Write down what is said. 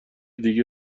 دیگه